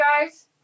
guys